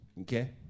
okay